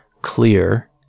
clear